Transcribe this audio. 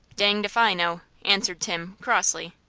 danged if i know! answered tim, crossly.